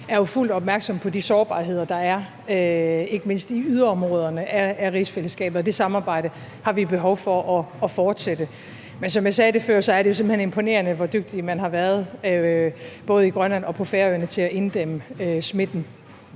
jo fuldt opmærksomme på de sårbarheder, der er, ikke mindst i yderområderne af rigsfællesskabet, og det samarbejde har vi behov for at fortsætte. Men som jeg sagde det før, er det jo simpelt hen imponerende, hvor dygtige man har været både i Grønland og på Færøerne til at inddæmme smitten.